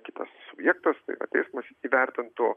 kitas subjektas teismas įvertintų